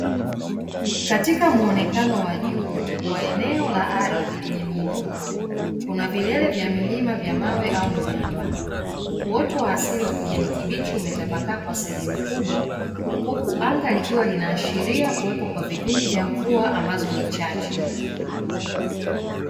Katika muonekano wa juu wa eneo la ardhi lenye miinuko kuna vilele vya milima vya mawe au miamba, uoto wa asili wa kijani kibichi umetapakaa kwa sehemu kubwa huku anga likiwa linaashiria kuwepo kwa vipindi vya mvua ambazo ni chache.